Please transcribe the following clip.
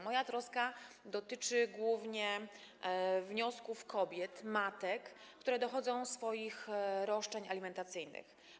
Moja troska dotyczy głównie wniosków kobiet, matek, które dochodzą swoich roszczeń alimentacyjnych.